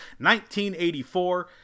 1984